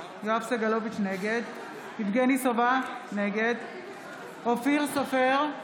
סגלוביץ' נגד יבגני סובה, נגד אופיר סופר,